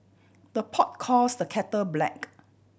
the pot calls the kettle black